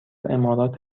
امارات